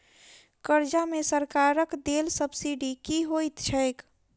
कर्जा मे सरकारक देल सब्सिडी की होइत छैक?